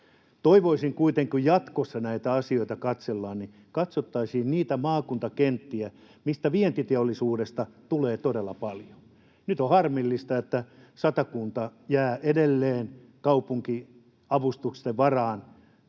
Toivoisin kuitenkin, että kun jatkossa näitä asioita katsellaan, niin katsottaisiin niiden maakuntien kenttiä, missä vientiteollisuutta on todella paljon. Nyt on harmillista, että Satakunta jää edelleen kaupunkiavustusten varaan